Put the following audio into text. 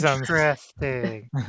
Interesting